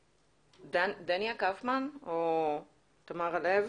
דניה קאופמן או תמרה לב.